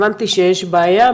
הבנתי שיש בעיה,